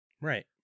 Right